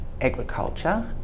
Agriculture